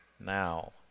now